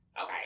okay